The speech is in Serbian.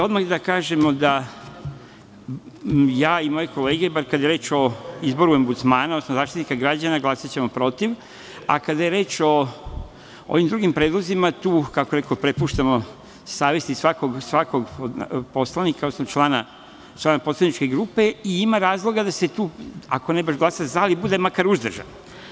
Odmah da kažem da ja i moje kolege, bar kada je reč o izboru ombudsmana, odnosno Zaštitnika građana, glasaćemo protiv, a kada je reč o drugim predlozima, tu prepuštamo savest svakom od poslanika, odnosno člana poslaničke grupe i ima razloga da se tu ako ne glasa za, bar bude uzdržan.